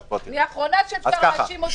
אני האחרונה שאפשר להאשים אותי ב- -- אפשר?